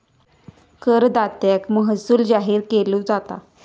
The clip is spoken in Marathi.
करदात्याक महसूल जाहीर केलो जाता